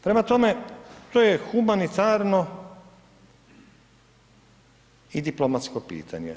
Prema tome, to je humanitarno i diplomatsko pitanje.